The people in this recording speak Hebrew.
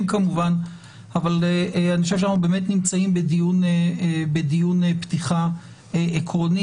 אבל אני חושב שאנחנו באמת נמצאים בדיון פתיחה עקרוני.